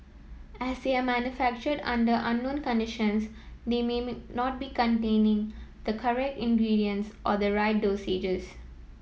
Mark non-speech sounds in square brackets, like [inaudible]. as they are manufactured under unknown conditions they [unintelligible] not containing the correct ingredients or the right dosages